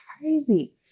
crazy